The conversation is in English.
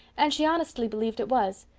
and she honestly believed it was.